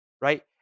right